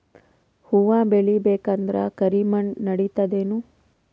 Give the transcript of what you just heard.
ಹುವ ಬೇಳಿ ಬೇಕಂದ್ರ ಕರಿಮಣ್ ನಡಿತದೇನು?